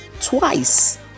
twice